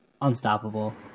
unstoppable